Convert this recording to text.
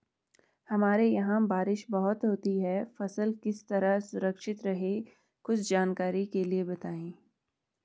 हमारे यहाँ बारिश बहुत होती है फसल किस तरह सुरक्षित रहे कुछ जानकारी के लिए बताएँ?